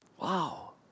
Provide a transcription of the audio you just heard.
Wow